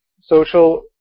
social